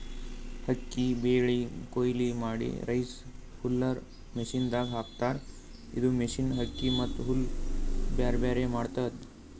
ಅಕ್ಕಿ ಬೆಳಿ ಕೊಯ್ಲಿ ಮಾಡಿ ರೈಸ್ ಹುಲ್ಲರ್ ಮಷಿನದಾಗ್ ಹಾಕ್ತಾರ್ ಇದು ಮಷಿನ್ ಅಕ್ಕಿ ಮತ್ತ್ ಹುಲ್ಲ್ ಬ್ಯಾರ್ಬ್ಯಾರೆ ಮಾಡ್ತದ್